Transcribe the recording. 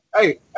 Hey